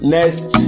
Next